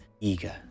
eager